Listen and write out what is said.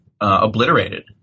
obliterated